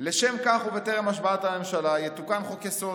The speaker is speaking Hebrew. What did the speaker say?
"לשם כך ובטרם השבעת הממשלה יתוקן חוק-יסוד: